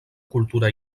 cultura